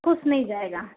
कुछ नहीं जाएगा